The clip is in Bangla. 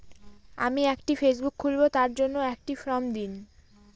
আমি একটি ফেসবুক খুলব তার জন্য একটি ফ্রম দিন?